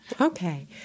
Okay